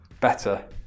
better